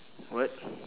what